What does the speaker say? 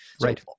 right